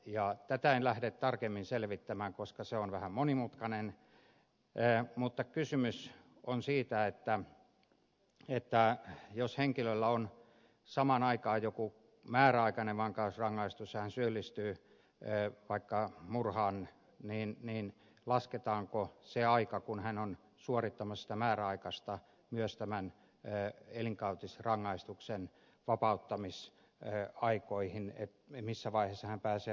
tätä en lähde tarkemmin selvittämään koska se on vähän monimutkaista mutta kysymys on siitä jos henkilöllä on samaan aikaan joku määräaikainen vankeusrangaistus ja hän syyllistyy vaikka murhaan lasketaanko se aika kun hän on suorittamassa sitä määräaikaista myös tämän elinkautisrangaistuksen vapauttamisaikoihin missä vaiheessa hän pääsee vapauteen